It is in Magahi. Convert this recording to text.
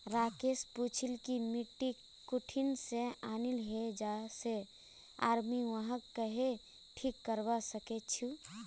राकेश पूछिल् कि मिट्टी कुठिन से आनिल हैये जा से आर मुई वहाक् कँहे ठीक करवा सक छि